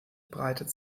breitet